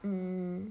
mm